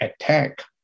attack